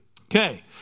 okay